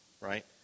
right